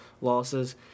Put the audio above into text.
losses